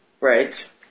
Right